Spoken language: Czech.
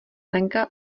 lenka